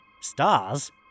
stars